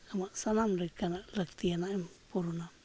ᱟᱢᱟᱜ ᱥᱟᱱᱟᱢ ᱞᱮᱠᱟᱱᱟᱜ ᱞᱟᱹᱠᱛᱤᱭᱟᱱᱟᱜ ᱮᱢ ᱯᱩᱨᱟᱹᱱᱟ